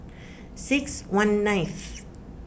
six one nineth